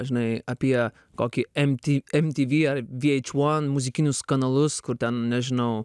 žinai apie kokį mt mtv ar vh one muzikinius kanalus kur ten nežinau